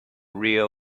real